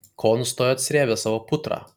ko nustojot srėbę savo putrą